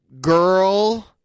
girl